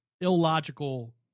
illogical